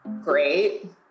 great